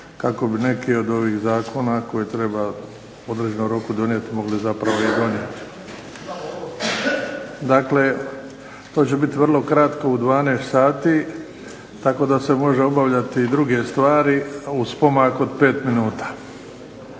kako bi neki od ovih zakona koje treba u određenom roku donijeti, mogli zapravo i donijeti. Dakle to će biti vrlo kratko u 12 sati, tako da se može obavljati i druge stvari, uz pomak od 5 minuta.